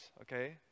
okay